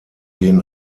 denen